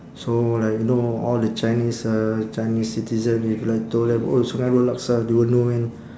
so like you know all the chinese uh chinese citizen if like told them oh sungei road laksa they will know man